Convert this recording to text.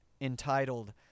entitled